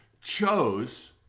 chose